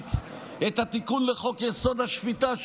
ושלישית את התיקון לחוק-יסוד: השפיטה,